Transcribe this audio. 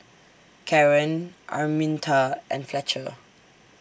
Karen Arminta and Fletcher